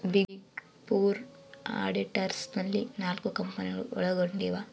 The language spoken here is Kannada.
ಬಿಗ್ ಫೋರ್ ಆಡಿಟರ್ಸ್ ನಲ್ಲಿ ನಾಲ್ಕು ಕಂಪನಿಗಳು ಒಳಗೊಂಡಿವ